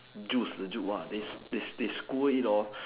juice the juice !whoa! they they they squirt it